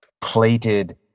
plated